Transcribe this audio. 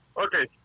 okay